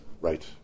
Right